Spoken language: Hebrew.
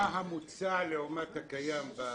מה המוצע לעומת הקיים?